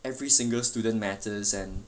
every single student matters and